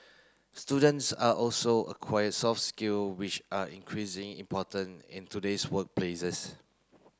students are also acquire soft skill which are increasing important in today's workplaces